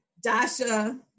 Dasha